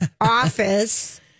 office